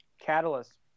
Catalyst